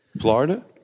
Florida